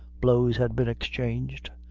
blows had been exchanged,